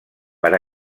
per